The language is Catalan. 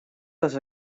les